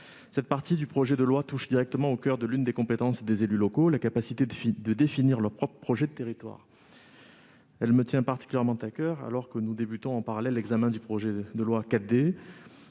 Cette partie du projet de loi touche directement au coeur de l'une des compétences des élus locaux : la capacité de définir leur propre projet de territoire. Cette compétence me tient particulièrement à coeur, alors que nous débutons en parallèle l'examen du projet de loi 4D,